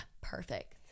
Perfect